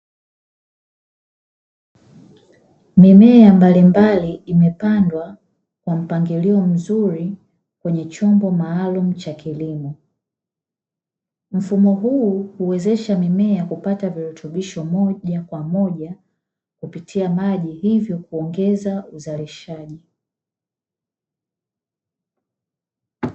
Mimea mbalimbali imepandwa wa mpangilio mzuri, kwenye chombo maalumu cha kilimo. Mfumo huu huwezesha mimea kupata virutubisho moja kwa moja kupitia maji, hivyo kuongeza uzalishaji.